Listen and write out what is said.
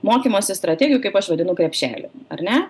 mokymosi strategijų kaip aš vadinu krepšelį ar ne